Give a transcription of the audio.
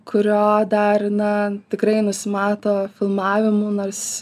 kurio dar na tikrai nusimato filmavimų nors